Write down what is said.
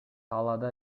талаада